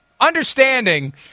understanding